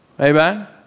Amen